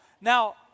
Now